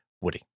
woody